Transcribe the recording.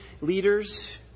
leaders